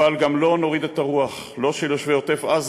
אבל גם לא נוריד את הרוח של יושבי עוטף-עזה,